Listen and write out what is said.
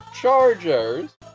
Chargers